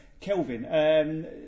Kelvin